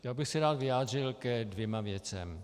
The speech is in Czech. Já bych se rád vyjádřil ke dvěma věcem.